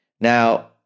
Now